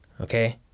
okay